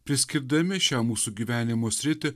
priskirdami šią mūsų gyvenimo sritį